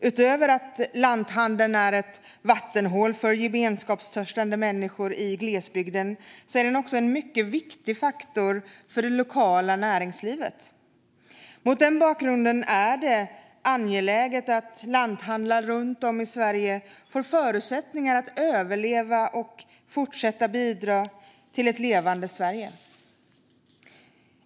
Utöver att lanthandeln är ett vattenhål för gemenskapstörstande människor i glesbygden är den en mycket viktig faktor för det lokala näringslivet. Mot den bakgrunden är det angeläget att lanthandlare runt om i Sverige får förutsättningar att överleva och fortsätta bidra till ett levande Sverige.